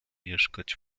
mieszkać